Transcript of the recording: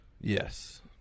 Yes